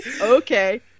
Okay